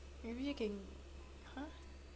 maybe you can !huh!